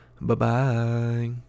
Bye-bye